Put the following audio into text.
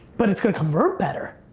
but it's gonna convert better.